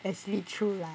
as lead true lah